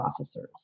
officers